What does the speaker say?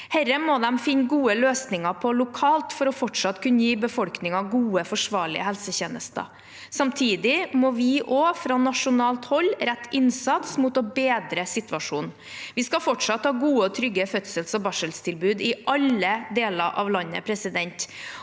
Dette må de finne gode løsninger på lokalt for fortsatt å kunne gi befolkningen gode, forsvarlige helsetjenester. Samtidig må vi også fra nasjonalt hold rette innsats mot å bedre situasjonen. Vi skal fortsatt ha gode og trygge fødsels- og barseltilbud i alle deler av landet, og det